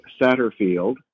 Satterfield